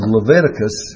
Leviticus